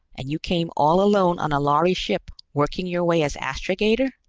and you came all alone on a lhari ship, working your way as astrogator?